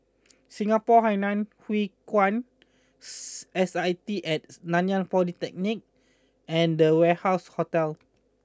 Singapore Hainan Hwee Kuan S I T at Nanyang Polytechnic and The Warehouse Hotel